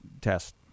test